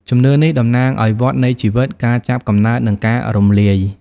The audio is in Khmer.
ជំនឿនេះតំណាងឱ្យវដ្ដនៃជីវិត ការចាប់កំណើត និងការរំលាយ។